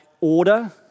order